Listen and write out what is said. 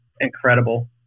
incredible